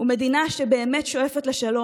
ומדינה שבאמת שואפת לשלום,